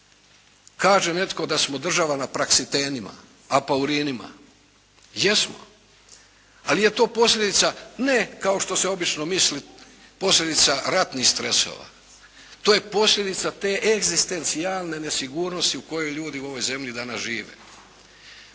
Kaže netko da smo država na Praksitenima, Apaurinima. Jesmo, ali je to posljedica ne kao što se obično misli posljedica ratnih stresova, to je posljedica te egzistencijalne nesigurnosti u kojoj ljudi u ovoj zemlji danas žive.